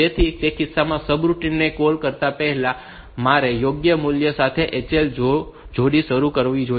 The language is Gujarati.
તેથી તે કિસ્સામાં સબરૂટિન ને કૉલ કરતા પહેલા મારે યોગ્ય મૂલ્ય સાથે HL જોડી શરૂ કરવી જોઈએ